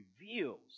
reveals